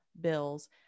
bills